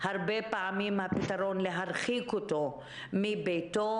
הרבה פעמים הפתרון להרחיק אותו מביתו